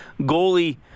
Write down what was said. goalie